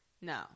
No